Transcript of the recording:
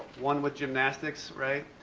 one with gymnastics, right?